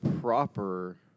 proper